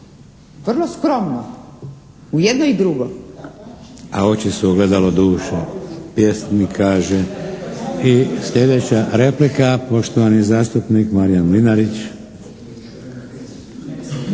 Vladimir (HDZ)** A oči su ogledalo duše, pjesnik kaže. I sljedeća replika, poštovani zastupnik Marijan Mlinarić.